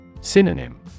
Synonym